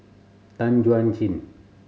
Tan Chuan Jin